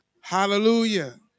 Hallelujah